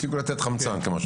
הפסיקו לתת חמצן כמו שאומרים.